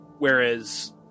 Whereas